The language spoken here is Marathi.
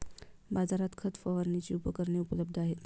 बाजारात खत फवारणीची उपकरणे उपलब्ध आहेत